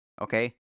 Okay